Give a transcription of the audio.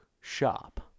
shop